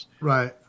right